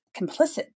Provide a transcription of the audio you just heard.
complicit